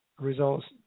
results